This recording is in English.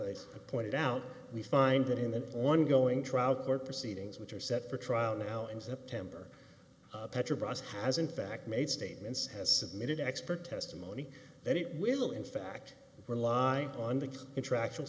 i pointed out we find that in the ongoing trial court proceedings which are set for trial now in september petrobras has in fact made statements has submitted expert testimony that it will in fact rely on the interaction